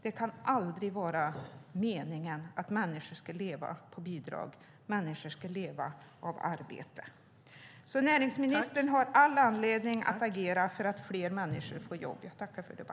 Det kan aldrig vara meningen att människor ska leva på bidrag. Människor ska leva av arbete. Näringsministern har alltså all anledning att agera för att fler människor ska få jobb.